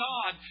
God